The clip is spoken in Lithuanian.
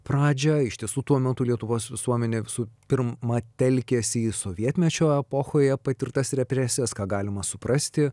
pradžią iš tiesų tuo metu lietuvos visuomenė visų pirma telkėsi į sovietmečio epochoje patirtas represijas ką galima suprasti